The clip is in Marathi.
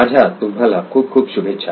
माझ्या तुम्हाला खूप खूप शुभेच्छा